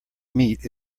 meat